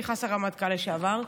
נכנס הרמטכ"ל לשעבר,